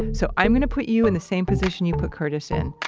so i'm gonna put you in the same position you put curtis in.